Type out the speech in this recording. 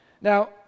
Now